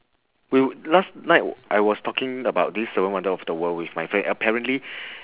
we last night I was talking about this seven wonder of the world with my friend apparently